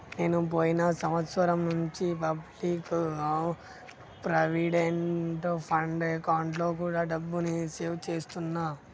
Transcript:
నేను పోయిన సంవత్సరం నుంచి పబ్లిక్ ప్రావిడెంట్ ఫండ్ అకౌంట్లో కూడా డబ్బుని సేవ్ చేస్తున్నా